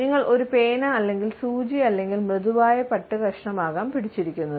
നിങ്ങൾ ഒരു പേന അല്ലെങ്കിൽ സൂചി അല്ലെങ്കിൽ മൃദുവായ പട്ട് കഷണം ആകാം പിടിച്ചിരിക്കുന്നത്